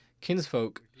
kinsfolk